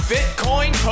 Bitcoin